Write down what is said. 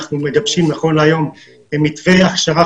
אנחנו מגבשים נכון להיום מתווה הכשרה